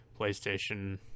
PlayStation